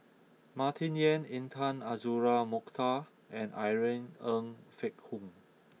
Martin Yan Intan Azura Mokhtar and Irene Ng Phek Hoong